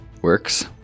works